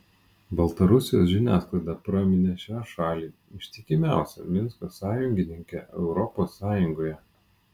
baltarusijos žiniasklaida praminė šią šalį ištikimiausia minsko sąjungininke europos sąjungoje